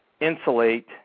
insulate